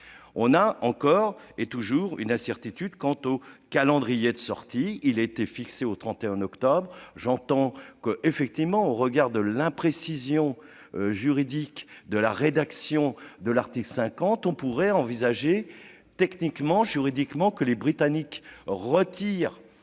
On a encore et toujours une incertitude quant au calendrier de sortie. Il a été fixé au 31 octobre. Certes, au regard de l'imprécision juridique de la rédaction de l'article 50, on pourrait envisager, d'un point de vue technique et juridique, que les Britanniques retirent